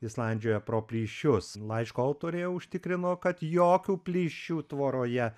jis landžioja pro plyšius laiško autorė užtikrino kad jokių plyšių tvoroje